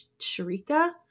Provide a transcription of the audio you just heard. Sharika